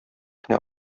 кенә